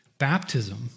Baptism